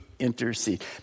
intercede